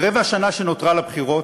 ברבע השנה שנותרה לבחירות,